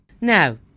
Now